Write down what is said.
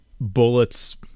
bullets